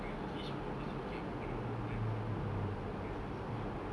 and the fish will obviously get bored of the plants already for for once